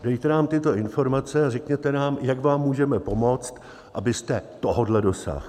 Dejte nám tyto informace a řekněte nám, jak vám můžeme pomoct, abyste tohohle dosáhl.